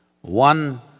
One